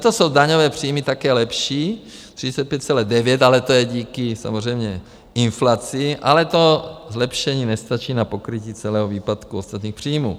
Letos jsou daňové příjmy také lepší 35,9, ale to je díky samozřejmě inflaci, ale to zlepšení nestačí na pokrytí celého výpadku ostatních příjmů.